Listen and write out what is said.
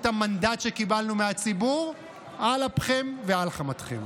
המנדט שקיבלנו מהציבור על אפכם ועל חמתכם,